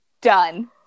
Done